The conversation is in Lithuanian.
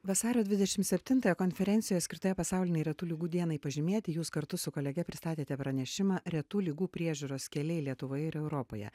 vasario dvidešimt septintąją konferencijoje skirtai pasaulinei retų ligų dienai pažymėti jūs kartu su kolege pristatėte pranešimą retų ligų priežiūros keliai lietuvoje ir europoje